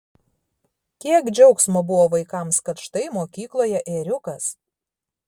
kiek džiaugsmo buvo vaikams kad štai mokykloje ėriukas